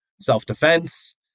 self-defense